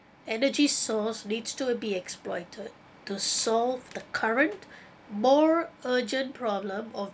energy source needs to be exploited to solve the current more urgent problem of